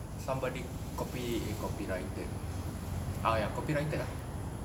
somebody copy eh copyrighted ah ya copyrighted ah